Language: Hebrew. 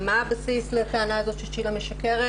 מה הבסיס לטענה הזאת שצ'ילה משקרת?